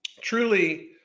truly